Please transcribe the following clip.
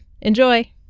Enjoy